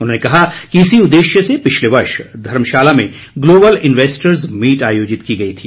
उन्होंने कहा कि इसी उदेश्य से पिछले वर्ष धर्मशाला में ग्लोबल इन्वेस्टस मीट आयोजित की गई थी